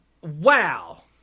Wow